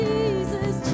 Jesus